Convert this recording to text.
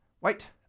wait